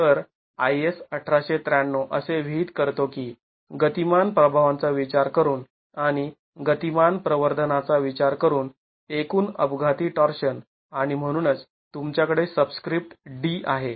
तर IS १८९३ असे विहित करतो की गतिमान प्रभावांचा विचार करून आणि गतिमान प्रवर्धनाचा विचार करून एकूण अपघाती टॉर्शन आणि म्हणूनच तुमच्याकडे सबस्क्रिप्ट d आहे